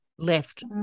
left